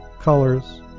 colors